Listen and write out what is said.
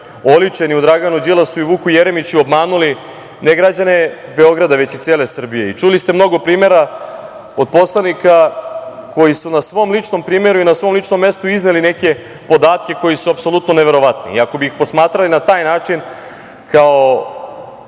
oličeni u Draganu Đilasu i Vuku Jeremiću, obmanuli ne građane Beograda, već i cele Srbije. Čuli ste mnogo primera od poslanika koji su na svom ličnom primeru i na svom ličnom mestu izneli neke podatke koji su apsolutno neverovatni i ako bi ih posmatrali na taj način kao